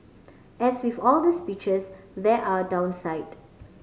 as with all the speeches there are downside